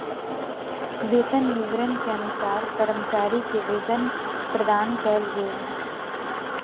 वेतन विवरण के अनुसार कर्मचारी के वेतन प्रदान कयल गेल